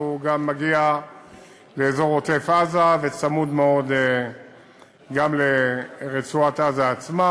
והוא גם מגיע לאזור עוטף-עזה וצמוד מאוד גם לרצועת-עזה עצמה.